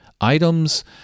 items